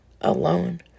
alone